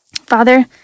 Father